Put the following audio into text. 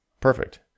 Perfect